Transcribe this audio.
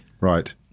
Right